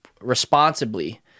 responsibly